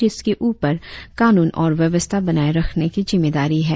जिसके उपर कानून और व्यवस्था बनाए रखने की जिम्मेदारी है